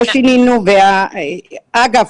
אגב,